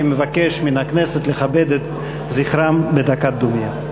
אני מבקש מהכנסת לכבד את זכרם בדקת דומייה.